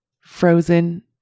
Frozen